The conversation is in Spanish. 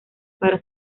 para